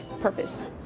purpose